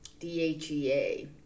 DHEA